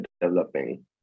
developing